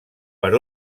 per